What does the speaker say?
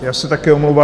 Já se taky omlouvám.